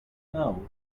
know